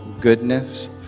goodness